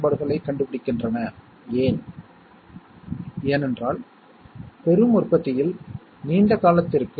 எடுத்துக்காட்டாக நான் A' என்று எழுதினால் A க்கு நேர் எதிரானது